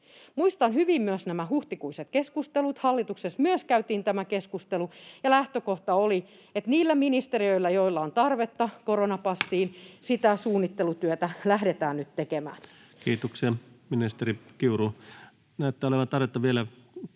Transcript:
Muistan hyvin myös nämä huhtikuiset keskustelut, hallituksessa myös käytiin tämä keskustelu, ja lähtökohta oli, että niillä ministeriöillä, joilla on tarvetta koronapassiin, sitä suunnittelutyötä lähdetään nyt tekemään. [Speech 54] Speaker: